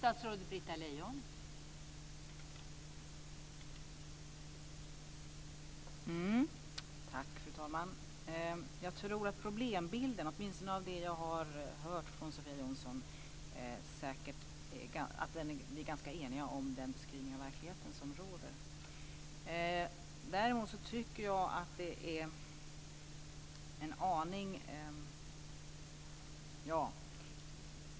Fru talman! Jag tror att vi är ganska eniga om Sofia Jonssons beskrivning av problemen och den verklighet som råder.